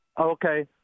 Okay